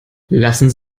lassen